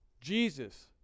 Jesus